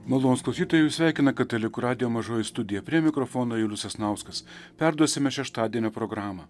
malonūs klausytojai jus sveikina katalikų radijo mažoji studija prie mikrofono julius sasnauskas perduosime šeštadienio programą